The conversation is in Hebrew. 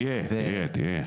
אתה תהיה, תהיה.